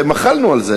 ומחלנו על זה.